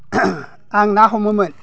आं ना हमो मोन